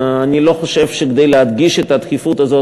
אני לא חושב שכדי להדגיש את הדחיפות הזאת